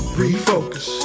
refocus